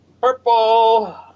Purple